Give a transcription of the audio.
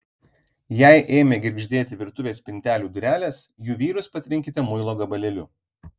jei ėmė girgždėti virtuvės spintelių durelės jų vyrius patrinkite muilo gabalėliu